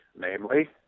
namely